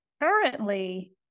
currently